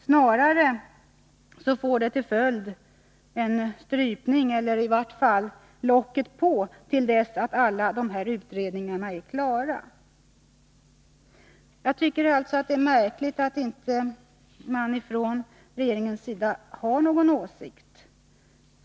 Snarare får det till följd en strypning av debatten eller i vart fall ”locket-på” till dess att alla utredningar är avslutade. Jag tycker alltså att det är märkligt att regeringen inte har någon åsikt.